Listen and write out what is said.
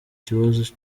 kibazo